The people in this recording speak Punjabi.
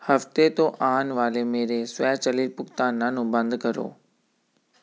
ਹਫ਼ਤੇ ਤੋਂ ਆਉਣ ਵਾਲੇ ਮੇਰੇ ਸਵੈਚਲਿਤ ਭੁਗਤਾਨਾਂ ਨੂੰ ਬੰਦ ਕਰੋ